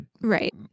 right